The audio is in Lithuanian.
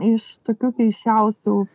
iš tokių keisčiausių